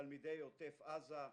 תלמידי עוטף עזה,